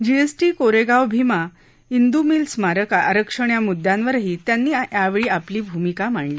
GST Koregaon Bhima Indu mill स्मारक आरक्षण या मुद्द्यांवरही त्यांनी यावेळी आपली भूमिका मांडली